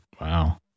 Wow